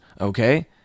Okay